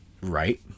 right